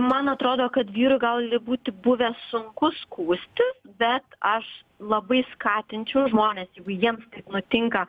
man atrodo kad vyrui gali būti buvę sunku skųstis bet aš labai skatinčiau žmones jeigu jiems taip nutinka